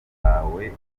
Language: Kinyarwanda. wawe